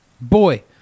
Boy